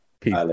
Peace